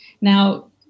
Now